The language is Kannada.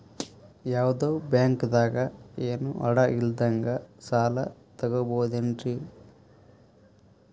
ಯಾವ್ದೋ ಬ್ಯಾಂಕ್ ದಾಗ ಏನು ಅಡ ಇಲ್ಲದಂಗ ಸಾಲ ತಗೋಬಹುದೇನ್ರಿ?